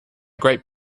great